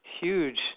huge